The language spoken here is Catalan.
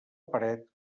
paret